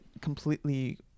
completely